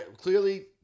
clearly